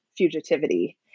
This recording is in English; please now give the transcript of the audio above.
fugitivity